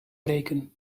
breken